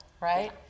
right